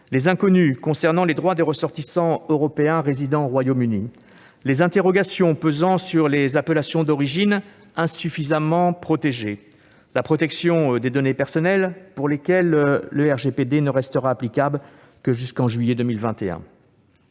les inconnues concernant les droits des ressortissants européens résidant au Royaume-Uni, les interrogations pesant sur les appellations d'origine insuffisamment protégées et la protection des données personnelles pour lesquelles le RGPD ne restera applicable que jusqu'au mois de juillet 2021.